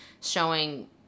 showing